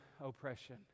oppression